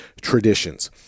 traditions